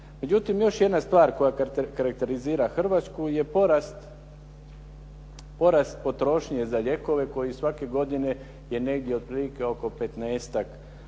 Međutim, još jedna stvar koja karakterizira Hrvatsku je porast potrošnje za lijekove koji svake godine je negdje otprilike oko 15-tak